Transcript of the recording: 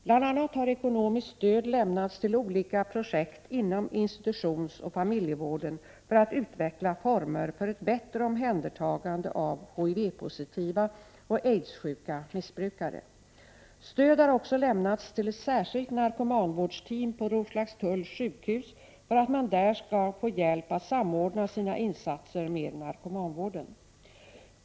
Bl.a. har ekonomiskt stöd lämnats till olika projekt inom institutionsoch familjevården för att utveckla former för ett bättre omhändertagande av HIV-positiva och aidssjuka missbrukare. Stöd har också lämnats till ett särskilt narkomanvårdsteam på Roslagstulls sjukhus, för att man där skall få 3 hjälp att samordna sina insatser med narkomanvården.